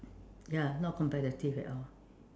ya not competitive at all